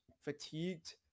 fatigued